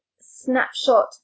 snapshot